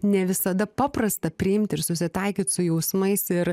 ne visada paprasta priimti ir susitaikyt su jausmais ir